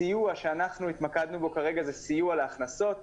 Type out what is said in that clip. הסיוע שאנחנו התמקדנו בו כרגע זה סיוע להכנסות,